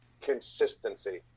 consistency